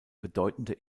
bedeutende